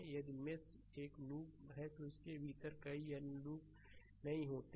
यदि मेष एक लूप है तो इसके भीतर कोई अन्य लूप नहीं होता है